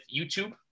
YouTube